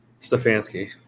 Stefanski